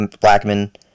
Blackman